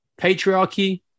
patriarchy